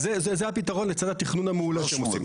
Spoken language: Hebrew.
אז זה הפתרון לצד התכנון המעולה שהם עושים.